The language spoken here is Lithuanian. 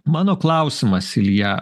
mano klausimas ilja